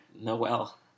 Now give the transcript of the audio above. Noel